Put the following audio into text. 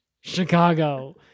Chicago